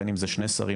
בין אם זה שני שרים,